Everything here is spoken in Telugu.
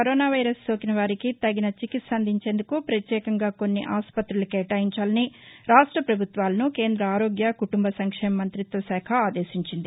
కరోనా వైరస్ సోకిన వారికి తగిన చికిత్స అందించేందుకు ప్రత్యేకంగా కొన్ని ఆస్పతులు కేటాయించాలని రాష్ట్ర పభుత్వాలను కేంద్ర ఆరోగ్య కుటుంబ సంక్షేమ మంతిత్వ శాఖ ఆదేశించింది